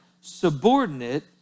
subordinate